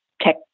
tech